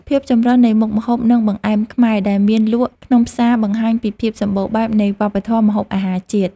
ភាពចម្រុះនៃមុខម្ហូបនិងបង្អែមខ្មែរដែលមានលក់ក្នុងផ្សារបង្ហាញពីភាពសម្បូរបែបនៃវប្បធម៌ម្ហូបអាហារជាតិ។